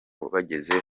bageze